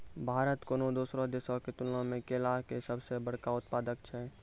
भारत कोनो दोसरो देशो के तुलना मे केला के सभ से बड़का उत्पादक छै